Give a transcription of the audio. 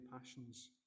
passions